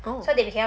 oh